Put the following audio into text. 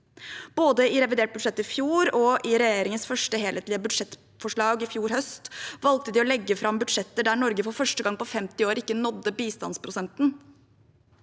Både i revidert budsjett i fjor og i regjeringens første helhetlige budsjettforslag i fjor høst valgte de å legge fram budsjetter der Norge for første gang på 50 år ikke nådde bistandsprosenten.